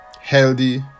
healthy